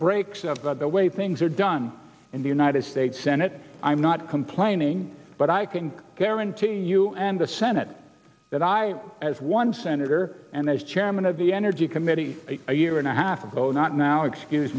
breaks of the way things are done in the united states senate i'm not complaining but i can guarantee you and the senate that i as one senator and as chairman of the energy committee a year and a half ago not now excuse